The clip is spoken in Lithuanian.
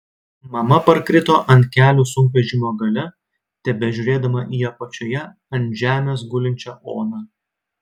mama parkrito ant kelių sunkvežimio gale tebežiūrėdama į apačioje ant žemės gulinčią oną